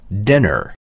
dinner